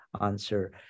answer